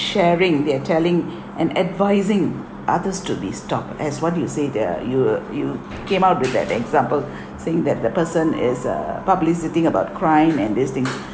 sharing they are telling and advising others to be stopped as what you said the you you came out with that example saying that the person is uh publicizing about the crime and this thing